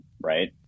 right